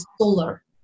solar